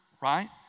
right